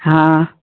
ہاں